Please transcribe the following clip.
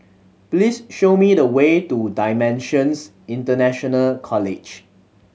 please show me the way to Dimensions International College